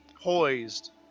poised